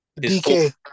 DK